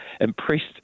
Impressed